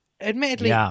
admittedly